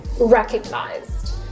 recognized